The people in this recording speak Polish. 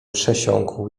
przesiąkł